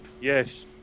yes